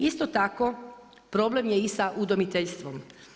Isto tako problem je i sa udomiteljstvom.